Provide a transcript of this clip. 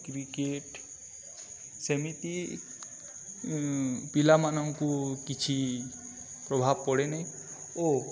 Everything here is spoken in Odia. କ୍ରିକେଟ୍ ସେମିତି ପିଲାମାନଙ୍କୁ କିଛି ପ୍ରଭାବ ପଡ଼େନି ଓ